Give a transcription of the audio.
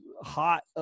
hot